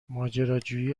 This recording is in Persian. ماجراجویی